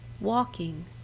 Walking